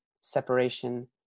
separation